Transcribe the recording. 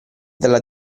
dalla